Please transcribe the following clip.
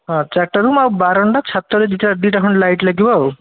ହଁ ଚାରିଟା ରୁମ୍ ଆଉ ବାରଣ୍ଡା ଛାତରେ ଦି'ଟା ଦି'ଟା ଖଣ୍ଡେ ଲାଇଟ୍ ଲାଗିବ ଆଉ